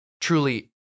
truly